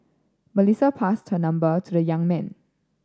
Melissa passed her number to the young man